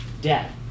Death